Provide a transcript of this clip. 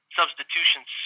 substitutions